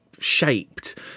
shaped